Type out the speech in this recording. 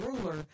ruler